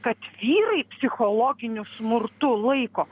kad vyrai psichologiniu smurtu laiko